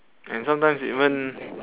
and sometimes even